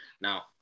Now